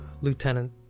Lieutenant